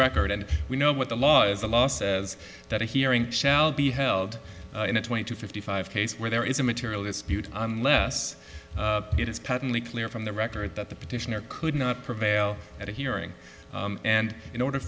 record and we know what the law is the law says that a hearing shall be held in a twenty to fifty five case where there is a material is spewed unless it is patently clear from the record that the petitioner could not prevail at a hearing and in order